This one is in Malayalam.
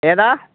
ഏതാ